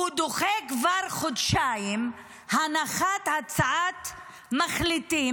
הוא דוחה כבר חודשיים הנחת הצעת מחליטים